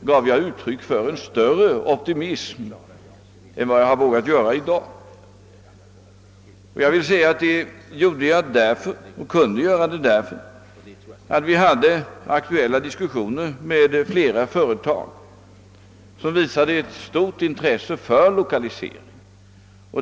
gav jag uttryck för en större optimism än vad jag vågat göra i dag. Jag kunde göra det därför att vi då hade aktuella diskussioner med flera företag som visade ett stort intresse för lokalisering till trakten.